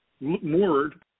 moored